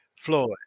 Floyd